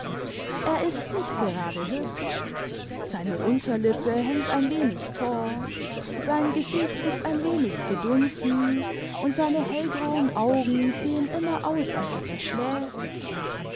er ist nicht gerade hübsch seine unterlippe hängt ein wenig vor sein gesicht ist ein wenig gedunsen und seine hellgrauen augen sehen immer aus als ob er schläft